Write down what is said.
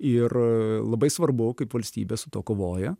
ir a labai svarbu kaip valstybė su tuo kovoja